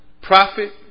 profit